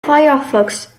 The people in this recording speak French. firefox